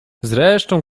zresztą